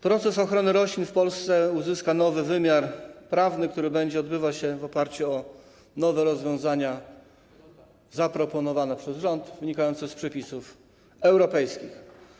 Proces ochrony roślin w Polsce uzyska nowy wymiar prawny, który będzie odbywał się w oparciu o nowe rozwiązania zaproponowane przez rząd, a wynikające z przepisów europejskich.